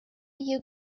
you